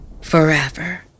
forever